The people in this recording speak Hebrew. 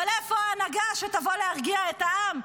אבל איפה ההנהגה שתבוא להרגיע את העם,